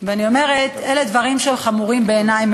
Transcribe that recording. ואני אומרת: אלה דברים חמורים מאוד בעיני,